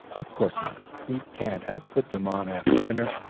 of course not. he can't have put them on after dinner.